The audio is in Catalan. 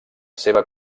seva